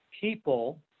people